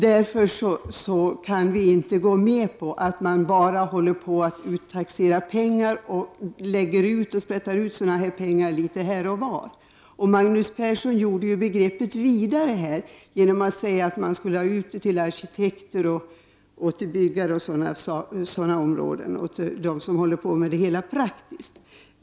Därför kan vi inte gå med på att man bara uttaxerar pengar och sprätter ut pengar litet här och var. Magnus Persson gjorde begreppet vidare genom att säga att man skulle föra ut forskningen till arkitekter, byggare m.fl. som håller på med byggande praktiskt.